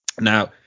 Now